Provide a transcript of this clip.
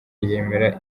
yemera